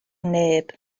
neb